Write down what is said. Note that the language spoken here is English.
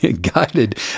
guided